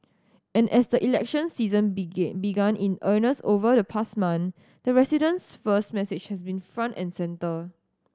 and as the election season begin began in earnest over the past month the residents first message has been front and centre